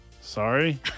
sorry